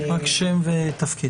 רק שם ותפקיד.